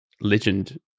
legend